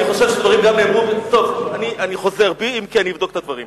אני חוזר בי, אם כי אני אבדוק את הדברים.